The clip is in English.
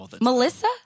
Melissa